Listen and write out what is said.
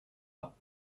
pas